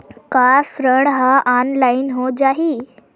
का ऋण ह ऑनलाइन हो जाही?